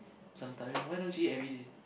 sometimes why don't you eat everyday